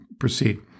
Proceed